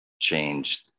changed